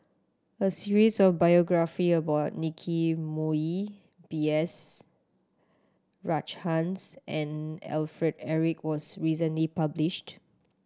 a series of biography about Nicky Moey B S Rajhans and Alfred Eric was recently published